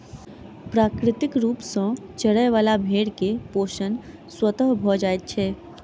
प्राकृतिक रूप सॅ चरय बला भेंड़ के पोषण स्वतः भ जाइत छै